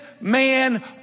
man